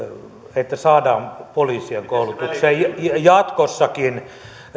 että saadaan poliisien koulutukseen jatkossakin